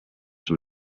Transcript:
from